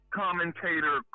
commentator